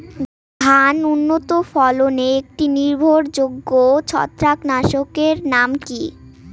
ধান উন্নত ফলনে একটি নির্ভরযোগ্য ছত্রাকনাশক এর নাম কি?